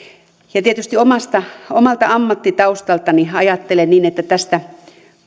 tietysti omalta ammattitaustaltani ajattelen että tästä